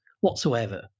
whatsoever